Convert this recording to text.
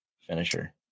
finisher